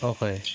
Okay